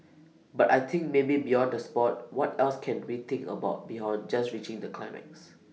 but I think maybe beyond the Sport what else can we think about beyond just reaching that climax